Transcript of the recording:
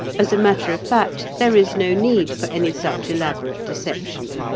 as a matter of fact, there is no need for any such elaborate deception.